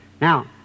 Now